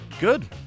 Good